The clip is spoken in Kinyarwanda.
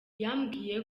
yambwiye